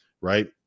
right